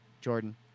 Jordan